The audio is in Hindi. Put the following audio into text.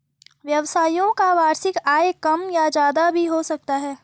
व्यवसायियों का वार्षिक आय कम या ज्यादा भी हो सकता है